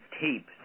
tape